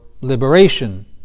liberation